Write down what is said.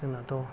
जोंनाथ'